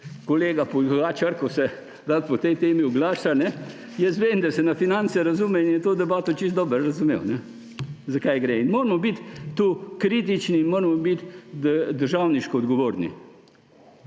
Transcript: kolega Pogačnik, ki se rad pri tej temi oglaša, jaz vem, da se na finance razume in je to debato čisto dobro razumel, za kaj gre. Moramo biti tukaj kritični in moramo biti državniško odgovorni.